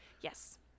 Yes